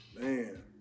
Man